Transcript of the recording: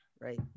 right